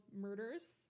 murders